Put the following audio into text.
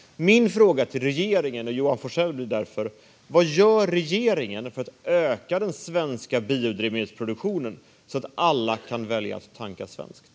Min fråga till regeringen och Johan Forssell blir därför: Vad gör regeringen för att öka den svenska biodrivmedelsproduktionen, så att alla kan välja att tanka svenskt?